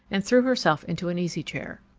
and threw herself into an easy-chair.